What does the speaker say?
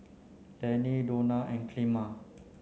Lenny Donna and Clemma